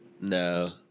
No